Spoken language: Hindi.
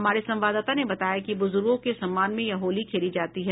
हमारे संवाददाता ने बताया कि बुजुर्गों के सम्मान में यह होली खेली जाती हैं